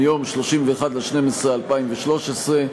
מיום 31 בדצמבר 2013,